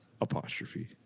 apostrophe